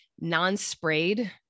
non-sprayed